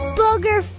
booger